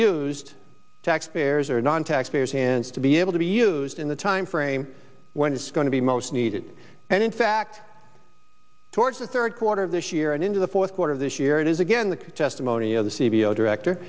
used taxpayers or non taxpayers hands to be able to be used in the timeframe when it's going to be most needed and in fact towards the third quarter of this year and into the fourth quarter of this year it is again the testimony of the c d o director